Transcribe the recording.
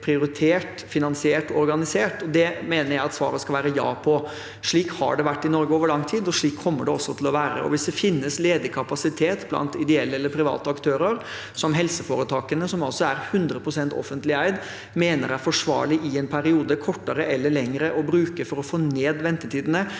prioritert, finansiert og organisert. På det mener jeg at svaret skal være ja. Slik har det vært i Norge over lang tid, og slik kommer det også til å være. Hvis det finnes ledig kapasitet blant ideelle eller private aktører som helseforetakene, som altså er 100 pst. offentlig eid, mener er forsvarlig å bruke i en kortere eller lengre periode for å få ned ventetidene,